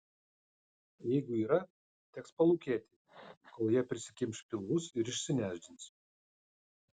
jeigu yra teks palūkėti kol jie prisikimš pilvus ir išsinešdins